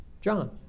John